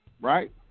Right